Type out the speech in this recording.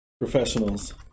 professionals